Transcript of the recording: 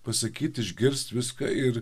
pasakyt išgirst viską ir